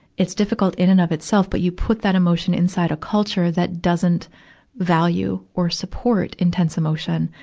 it's difficult in and of itself, but you put that emotion inside a culture that doesn't value or support intense emotion,